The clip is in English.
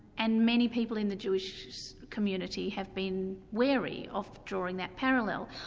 and many people in the jewish community have been wary of drawing that parallel.